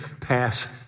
pass